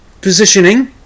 positioning